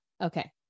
Okay